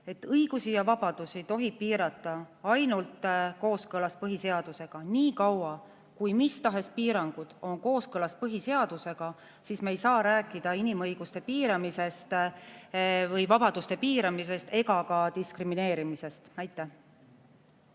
õigusi ja vabadusi tohib piirata ainult kooskõlas põhiseadusega. Nii kaua, kui mis tahes piirangud on kooskõlas põhiseadusega, ei saa me rääkida inimõiguste või vabaduste piiramisest ega ka diskrimineerimisest. Me